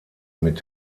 mit